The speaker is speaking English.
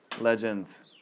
legends